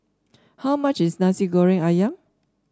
how much is Nasi Goreng ayam